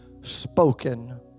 spoken